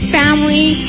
family